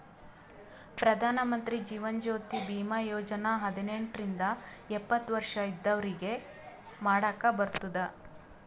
ಪ್ರಧಾನ್ ಮಂತ್ರಿ ಜೀವನ್ ಜ್ಯೋತಿ ಭೀಮಾ ಯೋಜನಾ ಹದಿನೆಂಟ ರಿಂದ ಎಪ್ಪತ್ತ ವರ್ಷ ಇದ್ದವ್ರಿಗಿ ಮಾಡಾಕ್ ಬರ್ತುದ್